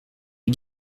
les